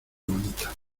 bonita